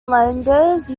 lenders